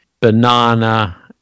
banana